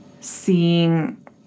seeing